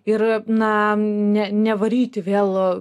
ir na ne nevaryti vėl